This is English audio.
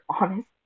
honest